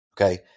Okay